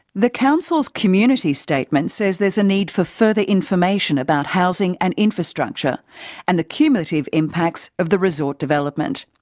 the council's community statement says there's a need for further information about housing and infrastructure and the cumulative impacts of the resort development.